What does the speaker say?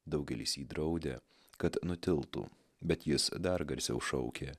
daugelis jį draudė kad nutiltų bet jis dar garsiau šaukė